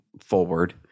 forward